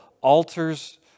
altars